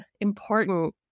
important